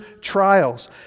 trials